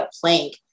plank